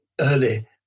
early